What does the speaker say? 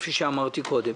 כפי שאמרתי קודם.